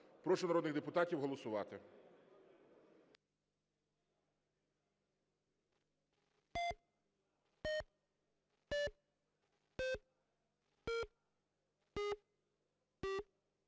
Прошу народних депутатів голосувати.